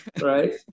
right